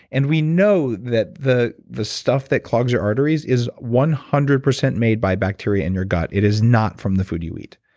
and we know that the the stuff that clogs your arteries is one hundred percent made by bacteria in your gut. it is not from the food you eat.